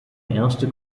erste